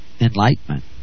enlightenment